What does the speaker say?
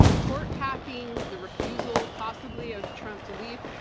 court packing, the refusal, possibly of trump to leave,